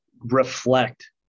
reflect